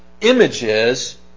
images